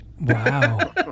Wow